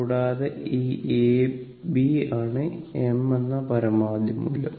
കൂടാതെ ഈ A B ആണ് m എന്ന പരമാവധി മൂല്യം